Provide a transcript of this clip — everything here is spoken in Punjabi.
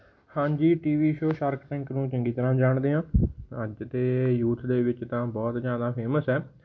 ਹਾਂਜੀ T V show Shark Tank ਨੂੰ ਚੰਗੀ ਤਰ੍ਹਾਂ ਜਾਣਦੇ ਹਾਂ ਅੱਜ ਦੇ ਯੂਥ ਦੇ ਵਿੱਚ ਤਾਂ ਬਹੁਤ ਜ਼ਿਆਦਾ ਫੇਮਸ ਹੈ